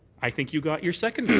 i think you got your seconder.